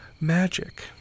magic